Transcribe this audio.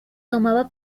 tomaba